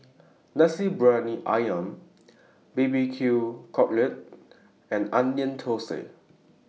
Nasi Briyani Ayam B B Q Cockle and Onion Thosai